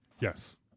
Yes